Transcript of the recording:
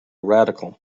radical